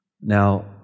Now